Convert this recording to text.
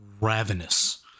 ravenous